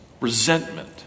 resentment